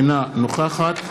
אינה נוכחת